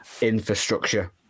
Infrastructure